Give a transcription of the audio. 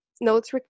notes